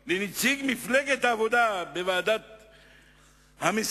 הפך לנציג מפלגת העבודה בוועדה המסדרת.